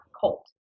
cult